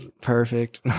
perfect